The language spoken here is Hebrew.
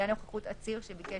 שהדיון